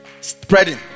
spreading